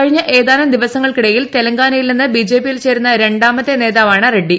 കഴിഞ്ഞ ഏതാനും ദിവസങ്ങൾക്കിടയിൽ തെലങ്കാനയിൽ നിന്ന് ബിജെപിയിൽ ചേരുന്ന രണ്ടാമത്തെ നേതാവാണ് റെഡ്റി